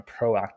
proactive